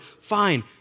Fine